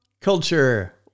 culture